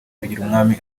bigirumwami